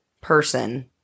person